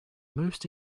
most